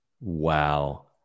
wow